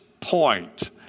point